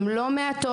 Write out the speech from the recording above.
הם לא מעטות,